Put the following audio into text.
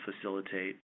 facilitate